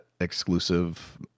exclusive